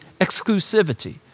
exclusivity